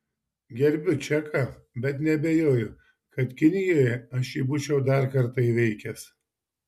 gerbiu čeką bet neabejoju kad kinijoje aš jį būčiau dar kartą įveikęs